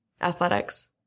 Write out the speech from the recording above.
athletics